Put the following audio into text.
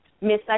Miss